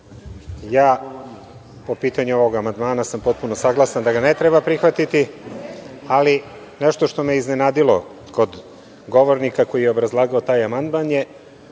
sam po pitanju ovog amandmana potpuno saglasan da ga ne treba prihvatiti, ali nešto što me je iznenadilo kod govornika koji je obrazlagao taj amandman je